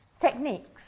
Techniques